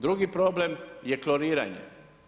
Drugi problem je kloriranje.